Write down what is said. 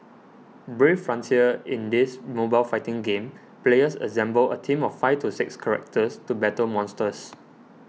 Brave Frontier In this mobile fighting game players assemble a team of five to six characters to battle monsters